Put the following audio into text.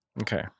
Okay